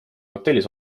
hotellis